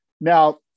Now